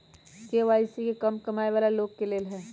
KYC का कम कमाये वाला लोग के लेल है?